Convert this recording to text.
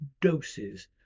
doses